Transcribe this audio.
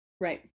Right